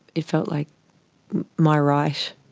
it felt like my right.